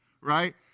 right